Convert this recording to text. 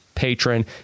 patron